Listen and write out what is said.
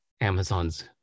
amazon's